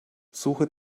suche